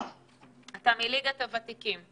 שאתה מליגת הוותיקים.